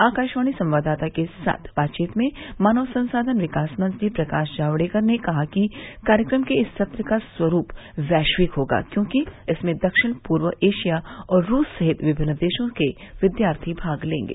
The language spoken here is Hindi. आकाशवाणी संवाददाता के साथ बातचीत में मानव संसाधन विकास मंत्री प्रकाश जावड़ेकर ने कहा कि कार्यक्रम के इस सत्र का स्वरूप वैश्विक होगा क्योंकि इसमें दक्षिण पूर्व एशिया और रूस सहित विभिन्न देशों के विद्यार्थी भाग लेंगे